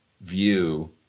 view